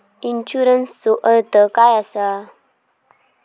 इन्शुरन्सचो अर्थ काय असा?